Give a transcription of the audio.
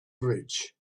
bridge